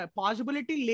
possibility